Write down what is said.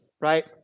right